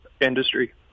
industry